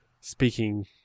speaking